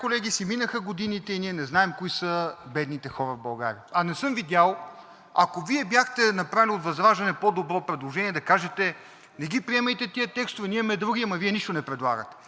колеги, си минаха годините и ние не знаем кои са бедните хора в България, а не съм видял, ако Вие бяхте направили от ВЪЗРАЖДАНЕ по-добро предложение, да кажете: „Не ги приемайте тези текстове, ние имаме други!“ Ама Вие нищо не предлагате.